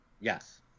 Yes